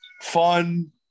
fun